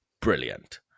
brilliant